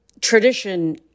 Tradition